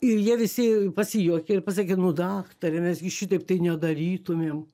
ir jie visi pasijuokė ir pasakė nu daktare mes gi šitaip tai nedarytumėm